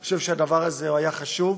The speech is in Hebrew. אני חושב שהדבר הזה היה חשוב.